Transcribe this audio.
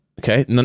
Okay